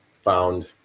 found